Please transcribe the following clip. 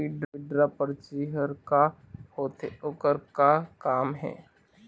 Withdraw परची हर का होते, ओकर का काम हे?